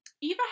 Eva